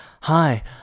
Hi